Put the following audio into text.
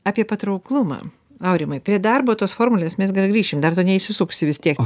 apie patrauklumą aurimai prie darbo tos formulės mes gar grįšim dar tu neišsisuksi vis tiek